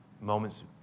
moments